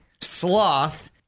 Sloth